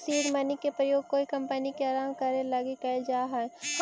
seed money के प्रयोग कोई कंपनी के आरंभ करे लगी कैल जा हई